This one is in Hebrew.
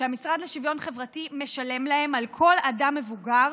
שהמשרד לשוויון חברתי משלם להן על כל אדם מבוגר